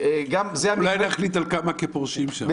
אולי נחליט על כמה כפורשים שם.